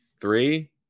Three